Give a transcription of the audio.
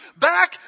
back